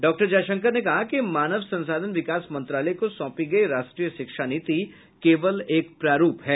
doctor Jai Shankar ने कहा कि मानव संसाधन विकास मंत्रालय को सौंपी गई राष्ट्रीय शिक्षा नीति केवल एक प्रारूप है